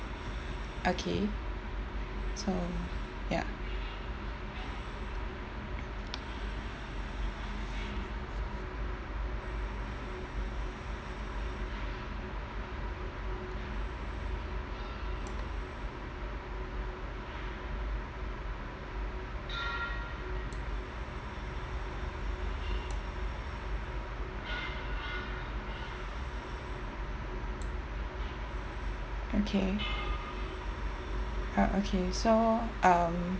okay so ya okay ah okay so um